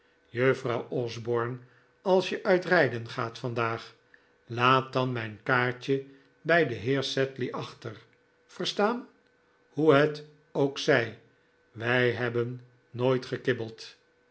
juffrouw osborne als je uit rijden gaat vandaag laat dan mijn kaartje bij den heer sedley achter verstaan hoe het ook zij wij hebben nooit gekibbeld